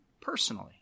personally